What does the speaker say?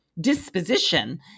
disposition